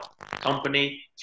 company